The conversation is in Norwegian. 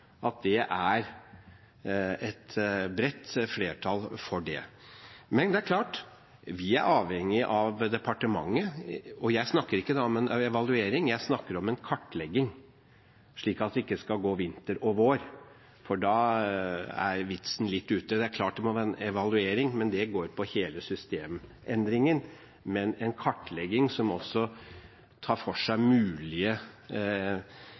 at det er et bredt flertall for det. Men det er klart: Vi er avhengig av departementet. Og da snakker jeg ikke om en evaluering – jeg snakker om en kartlegging, slik at det ikke skal gå vinter og vår, for da er vitsen litt borte. Det er klart vi må ha en evaluering, men det angår hele systemendringen. Men vi må også ha en kartlegging som tar for seg mulige